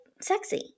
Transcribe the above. sexy